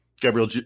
Gabriel